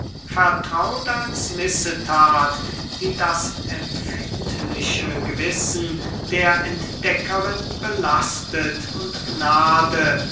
vertraut als missetat die das empfindliche gewissen der entdeckerin belastet und gnade